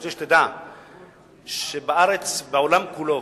אני רוצה שתדע שבארץ ובעולם כולו